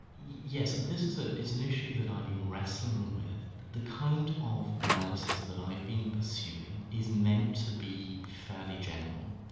yes, and this is ah an issue that i've been wrestling with. the kind of analysis that i've been pursuing is meant to be fairly general,